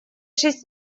шесть